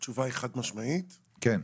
כן, התשובה היא חד משמעית, כן.